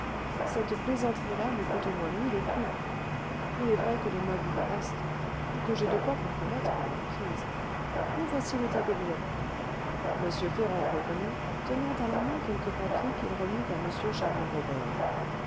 cette plaisanterie là me coûte au moins mille écus il est vrai que les meubles me restent et que j'ai de quoi compromettre la marquise mais voici le tabellion m ferrand revenait tenant à la main quelques papiers qu'il remit à m charles robert